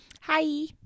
Hi